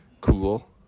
cool